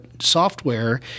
Software